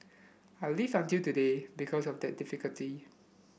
I've lived until today because of that difficulty